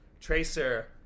Tracer